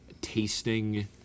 tasting